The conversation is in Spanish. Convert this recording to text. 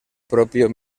propio